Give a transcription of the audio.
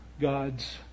God's